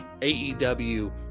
AEW